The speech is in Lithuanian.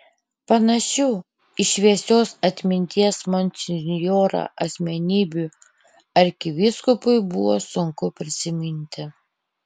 panašių į šviesios atminties monsinjorą asmenybių arkivyskupui buvo sunku prisiminti